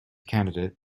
candidate